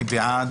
מי בעד?